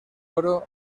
oro